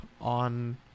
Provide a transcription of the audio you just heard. on